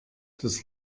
das